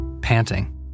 panting